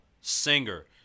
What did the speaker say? Singer